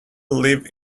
lived